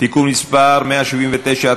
(תיקון מס' 179),